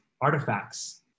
artifacts